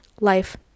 Life